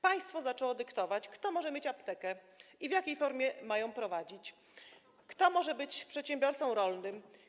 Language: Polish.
Państwo zaczęło dyktować, kto może mieć aptekę i w jakiej formie ma ją prowadzić, kto może być przedsiębiorcą rolnym.